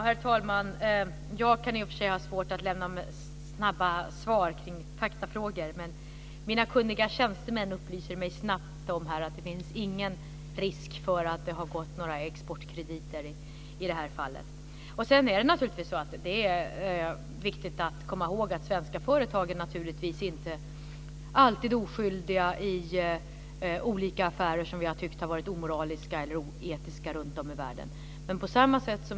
Herr talman! Jag kan i och för sig ha svårt att lämna snabba svar kring faktafrågor. Men mina kunniga tjänstemän upplyser mig här snabbt om att det inte finns någon risk för att det har gått några exportkrediter till företaget i det här fallet. Det är viktigt att komma ihåg att svenska företag naturligtvis inte alltid är oskyldiga i olika affärer som vi har tyckt har varit omoraliska eller oetiska runtom i världen.